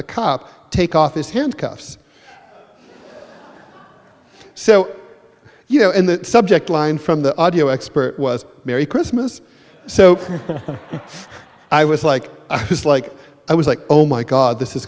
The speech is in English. the cop take off his handcuffs so you know and the subject line from the audio expert was merry christmas so i was like i was like i was like oh my god this is